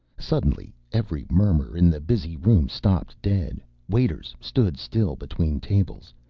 suddenly every murmur in the busy room stopped dead. waiters stood still between tables.